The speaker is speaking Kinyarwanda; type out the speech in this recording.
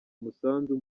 umusanzu